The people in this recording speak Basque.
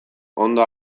ondo